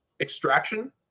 Extraction